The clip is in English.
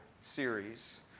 series